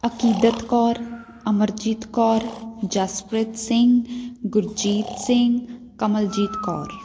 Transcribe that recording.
Akidat Kaur Amarjeet Kaur Jaspreet Singh Gurjeet Singh Kamaljeet Kaur